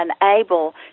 unable